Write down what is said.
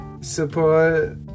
support